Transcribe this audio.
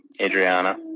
Adriana